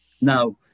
Now